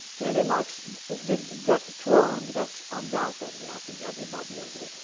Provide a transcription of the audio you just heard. clearly marx did get it wrong that's undoubtedly, i think everybody agrees.